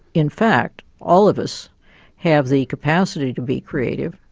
in fact, all of us have the capacity to be creative.